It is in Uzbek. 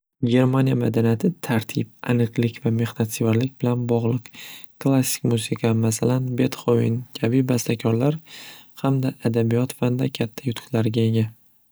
Germaniya madaniyati tartib, aniqlik, mehnatsevarlik bilan bog'liq klassik musiqa masalan bethoven kabi bastakorlar hamda adabiyot fanidan katta yutuqlarga ega.